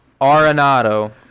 Arenado